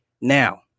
now